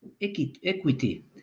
equity